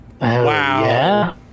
Wow